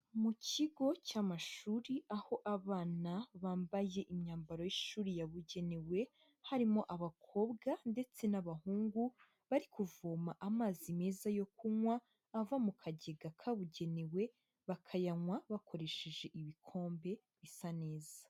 Mu kigo cy'amashuri aho abana bambaye imyambaro y'ishuri yabugenewe, harimo abakobwa ndetse n'abahungu bari kuvoma amazi meza yo kunywa, ava mu kagega kabugenewe bakayanywa bakoresheje ibikombe bisa neza.